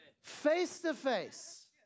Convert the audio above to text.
face-to-face